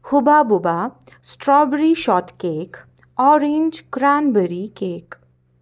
Hubba Bubba strawberry shot cake orange cranberry cake